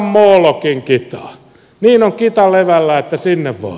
niin on kita levällään että sinne vaan